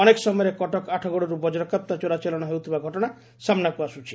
ଅନେକ ସମୟରେ କଟକ ଆଠଗଡ଼ରୁ ବକ୍ରକାପ୍ତା ଚୋରାଚାଲାଣ ହେଉଥିବା ଘଟଣା ସାମ୍ନାକୁ ଆସୁଛି